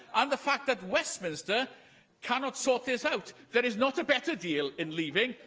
and the fact that westminster cannot sort this out. there is not a better deal in leaving.